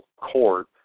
court